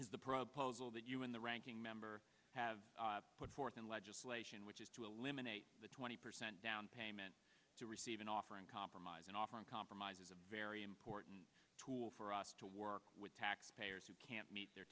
is the proposal that you and the ranking member have put forth in legislation which is to eliminate the twenty percent down payment to receive an offer in compromise an offer in compromise is a very important tool for us to work with taxpayers who can't meet their